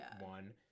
one